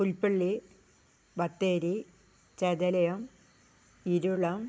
Pulpally Bathery Chethalayam Irulam